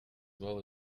well